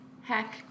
Heck